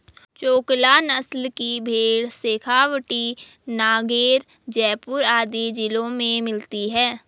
चोकला नस्ल की भेंड़ शेखावटी, नागैर, जयपुर आदि जिलों में मिलती हैं